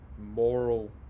moral